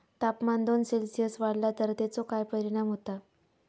तापमान दोन सेल्सिअस वाढला तर तेचो काय परिणाम होता?